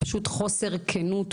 פשוט חוסר כנות,